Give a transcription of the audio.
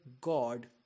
God